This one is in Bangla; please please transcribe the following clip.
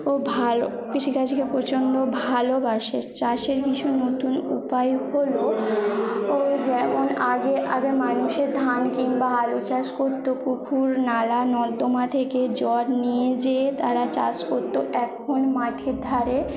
ও ভালো কৃষিকাজকে প্রচণ্ড ভালোবাসে চাষের কিছু নতুন উপায় হলো ও যেমন আগে আগে মানুষের ধান কিংবা আলু চাষ কত্তো পুকুর নালা নর্দমা থেকে জল নিয়ে যেয়ে তারা চাষ করতো এখন মাঠের ধারে